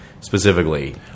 specifically